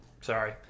Sorry